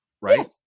right